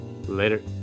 later